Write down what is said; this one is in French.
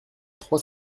trois